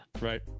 right